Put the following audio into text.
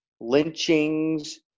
lynchings